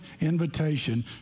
invitation